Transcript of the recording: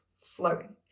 flowing